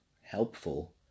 helpful